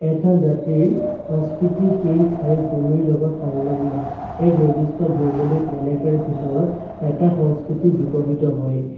এটা জাতিৰ সংস্কৃতি সেই ঠাইৰ ভূমিৰ লগত সংলগ্ন এক নিৰ্দিষ্ট ভৌগোলিক এলেকাৰ ভিতৰত এটা সংস্কৃতি বিকশিত হয়